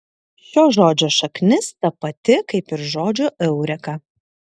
šio žodžio šaknis ta pati kaip ir žodžio eureka